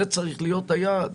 זה צריך להיות היעד.